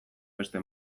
beste